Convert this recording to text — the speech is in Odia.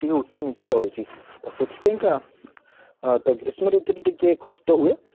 ଟିକେ ଉଚ୍ଚ ନିଚ୍ଚ ଚଳୁଛି ତ ସେଥିପାଇଁକା ତ ଗ୍ରୀଷ୍ମ ରୁତୁରେ ଟିକେ କଷ୍ଟ ହୁଏ